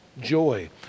joy